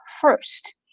first